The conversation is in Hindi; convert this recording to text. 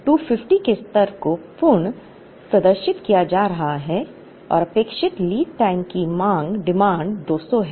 250 के स्तर को पुन प्रदर्शित किया जा रहा है और अपेक्षित लीड समय की मांग 200 है